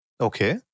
Okay